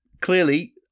Clearly